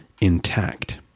intact